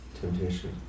Temptation